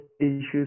issues